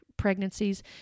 pregnancies